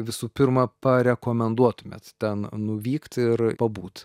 visų pirma parekomenduotumėt ten nuvykt ir pabūt